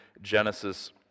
Genesis